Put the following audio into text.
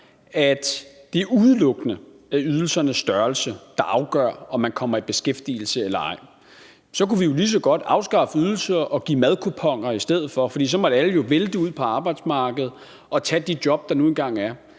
at det udelukkende er ydelsernes størrelse, der afgør, om man kommer i beskæftigelse eller ej, så kunne vi jo lige så godt afskaffe ydelserne og give madkuponer i stedet for. For så måtte alle jo vælte ud på arbejdsmarkedet og tage de job, der nu engang er.